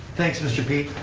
thanks, mr. p,